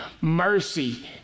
mercy